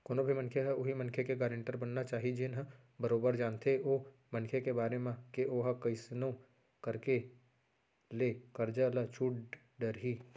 कोनो भी मनखे ह उहीं मनखे के गारेंटर बनना चाही जेन ह बरोबर जानथे ओ मनखे के बारे म के ओहा कइसनो करके ले करजा ल छूट डरही